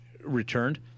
returned